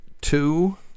two